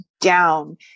down